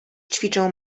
ćwiczę